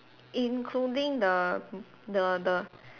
including the the the